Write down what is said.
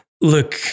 Look